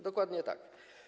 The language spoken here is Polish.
Dokładnie tak.